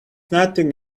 nothing